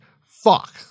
fuck